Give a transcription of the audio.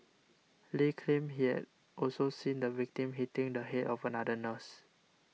Lee claimed he had also seen the victim hitting the head of another nurse